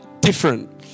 different